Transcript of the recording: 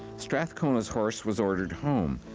strathcona's horse was ordered home.